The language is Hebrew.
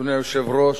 אדוני היושב-ראש,